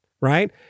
right